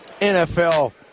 NFL